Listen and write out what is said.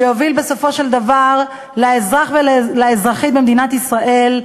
שיוביל בסופו של דבר לאזרח ולאזרחית במדינת ישראל,